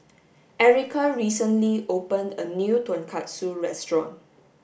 Erica recently opened a new tonkatsu restaurant